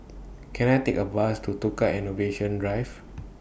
Can I Take A Bus to Tukang Innovation Drive